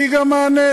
אני גם אענה: